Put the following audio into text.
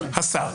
השר.